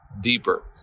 deeper